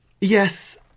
Yes